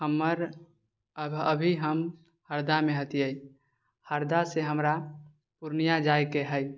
हमर अभी हम हरदामे हतियै हरदासँ हमरा पूर्णिया जाइके है